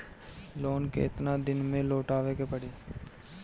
Loan केतना दिन में लौटावे के पड़ी?